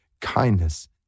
kindness